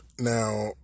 Now